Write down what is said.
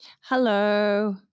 hello